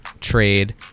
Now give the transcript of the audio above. trade